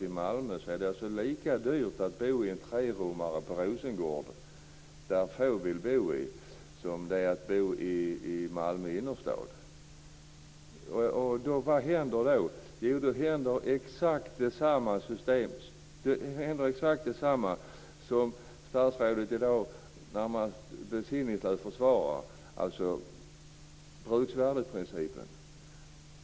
I Malmö är det lika dyrt att bo i en trerummare i Rosengård där få vill bo som det är att bo i Vad händer då? Jo, då händer exakt detsamma som statsrådet i dag närmast besinningslöst försvarar när det gäller bruksvärdesprincipen.